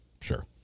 Sure